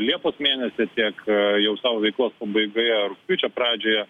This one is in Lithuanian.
liepos mėnesį tiek jau savo veiklos pabaigoje rugpjūčio pradžioje